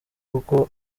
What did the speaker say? kuko